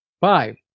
Five